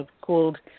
called